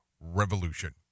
revolution